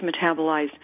metabolized